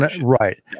Right